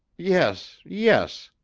yes, yes,